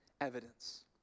evidence